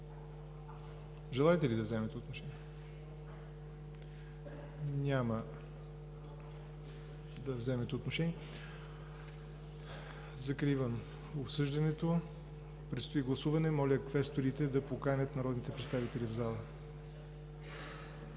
Желаете ли да вземете отношение? Няма да вземете отношение. Закривам обсъждането. Предстои гласуване – моля квесторите да поканят народните представители в залата.